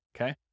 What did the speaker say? okay